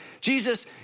Jesus